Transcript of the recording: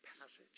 passage